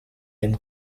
and